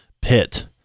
pit